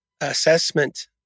assessment